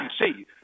see